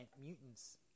mutants